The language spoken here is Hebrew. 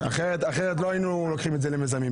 אחרת לא היינו לוקחים את זה למיזמים.